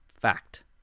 Fact